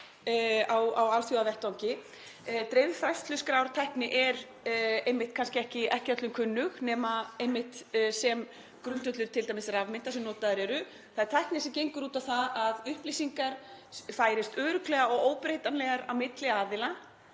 á alþjóðavettvangi. Dreifð færsluskrártækni er kannski ekki öllum kunnug nema einmitt sem grundvöllur t.d. rafmynta sem notaðar eru. Það er tækni sem gengur út á það að upplýsingar færist örugglega og óbreytanlegar á milli aðila